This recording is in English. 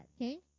okay